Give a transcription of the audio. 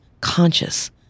conscious